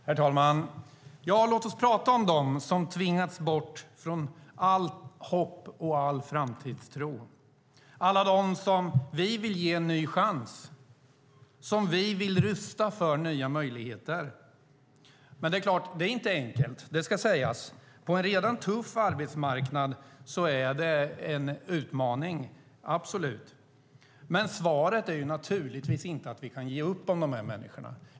Herr talman! Låt oss tala om dem som har tvingats bort från allt hopp och all framtidstro. De är alla dem vi vill ge en ny chans och vill rusta för nya möjligheter. Det är inte enkelt; det ska sägas. På en redan tuff arbetsmarknad är det absolut en utmaning. Men svaret är inte att vi kan ge upp om de människorna.